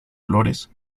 flores